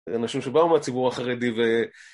אנשים שבאו מהציבור החרדי ו...